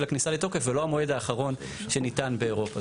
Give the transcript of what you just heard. הכניסה לתוקף ולא המועד האחרון שניתן באירופה.